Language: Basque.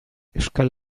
euskal